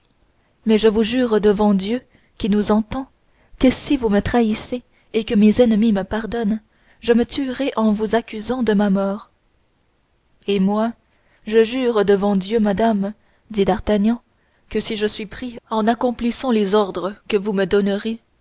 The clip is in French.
mais je vous jure devant dieu qui nous entend que si vous me trahissez et que mes ennemis me pardonnent je me tuerai en vous accusant de ma mort et moi je vous jure devant dieu madame dit d'artagnan que si je suis pris en accomplissant les ordres que vous me donnez